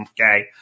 Okay